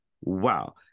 Wow